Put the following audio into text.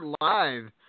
live